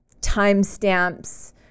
timestamps